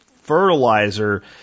fertilizer